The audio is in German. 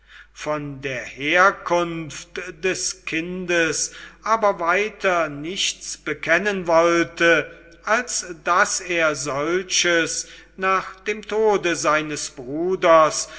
von der herkunft des kindes aber weiter nichts bekennen wollte als daß er solches nach dem tode seines bruders